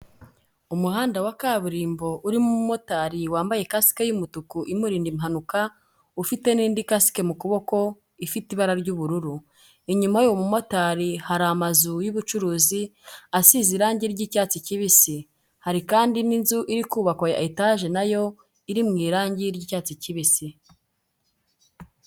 Umuhanda wa kaburimbo urimo umumotari wambaye kasike y'umutuku imurinda impanuka, ufite n'indi kasike mu kuboko ifite ibara ry'ubururu. Inyuma y'uwo mu motari hari amazu y'ubucuruzi asize irangi ry'icyatsi kibisi, hari kandi n'inzu iri kubakwa ya etaje nayo iri mu irangi ry'icyatsi kibisi.